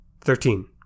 thirteen